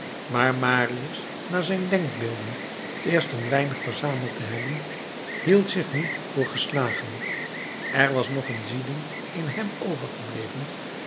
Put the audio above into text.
maar marius na zijn denkbeelden eerst een weinig verzameld te hebben hield zich niet voor geslagen er was nog een zieding in hem overgebleven